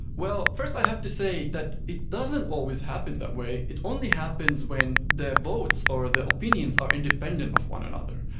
well, first i have to say that it doesn't always happen that way, it only happens when the votes or the opinions are independent of one another.